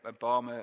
Obama